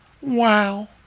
Wow